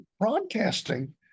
broadcasting